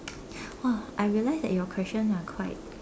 !wah! I realise that your question are quite